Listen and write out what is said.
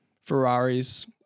ferrari's